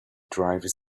driver